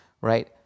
right